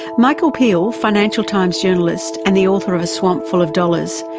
michael peel, financial times journalist and the author of a swamp full of dollars,